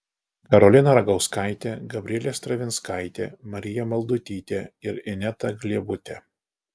karolina ragauskaitė gabrielė stravinskaitė marija maldutytė ir ineta gliebutė